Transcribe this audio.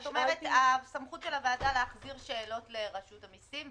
את אומרת שהסמכות של הוועדה להחזיר שאלות לרשות המיסים,